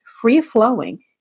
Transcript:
free-flowing